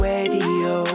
Radio